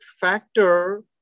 factor